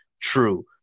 true